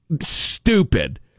stupid